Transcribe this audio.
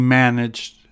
managed